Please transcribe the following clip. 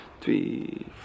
Three